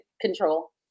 control